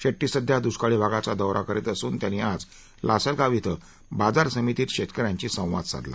शेड्डी सध्या द्ष्काळी भागाचा दौरा करीत असून त्यांनी आज लासलगाव इथं बाजार समितीत शेतकऱ्यांशी संवाद साधला